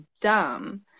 dumb